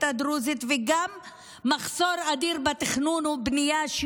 הדרוזית וגם על מחסור אדיר בתכנון ובנייה,